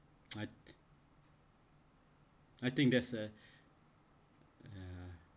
but I think there's a uh